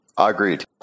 Agreed